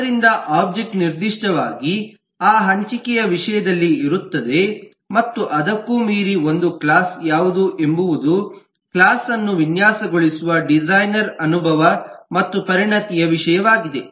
ಆದ್ದರಿಂದ ಒಬ್ಜೆಕ್ಟ್ ನಿರ್ದಿಷ್ಟವಾಗಿ ಆ ಹಂಚಿಕೆಯ ವಿಷಯದಲ್ಲಿ ಇರುತ್ತದೆ ಮತ್ತು ಅದಕ್ಕೂ ಮೀರಿ ಒಂದು ಕ್ಲಾಸ್ ಯಾವುದು ಎಂಬುವುದು ಕ್ಲಾಸ್ ಅನ್ನು ವಿನ್ಯಾಸಗೊಳಿಸುವ ಡಿಸೈನರ್ ನ ಅನುಭವ ಮತ್ತು ಪರಿಣತಿಯ ವಿಷಯವಾಗಿದೆ